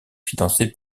financée